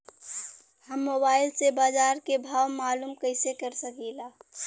हम मोबाइल से बाजार के भाव मालूम कइसे कर सकीला?